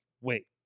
wait